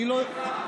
אביר קארה.